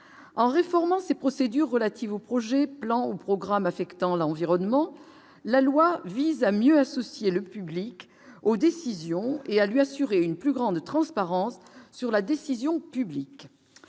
en réformant ses procédures relatives au projet Plan ou programme affectant l'environnement, la loi vise à mieux associer le public aux décisions et à lui assurer une plus grande transparence sur la décision publique